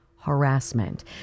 harassment